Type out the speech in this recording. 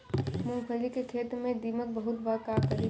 मूंगफली के खेत में दीमक बहुत बा का करी?